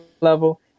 level